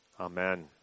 Amen